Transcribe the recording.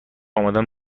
آمدم